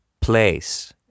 place